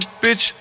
Bitch